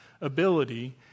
ability